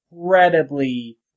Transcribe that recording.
incredibly